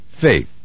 Faith